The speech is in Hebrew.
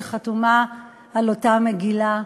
שחתומה על אותה מגילה,